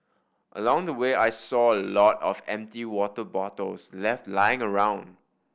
along the way I saw a lot of empty water bottles left lying around